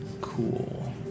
cool